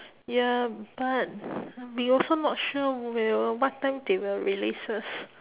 ya but we also not sure will what time they will release us